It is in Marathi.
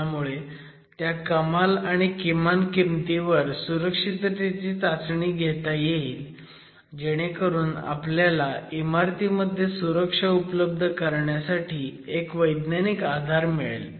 त्यामुळे त्या कमाल आणि किमान किमतीवर सुरक्षिततेची चाचणी घेता येईल जेणेकरून आपल्याला इमारतीमध्ये सुरक्षा उपलब्ध करण्यासाठी एक वैज्ञानिक आधार मिळेल